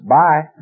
bye